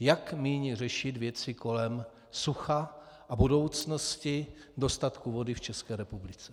jak míní řešit věci kolem sucha a budoucnosti dostatku vody v České republice.